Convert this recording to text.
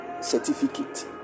certificate